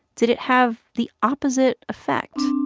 did it have the opposite effect?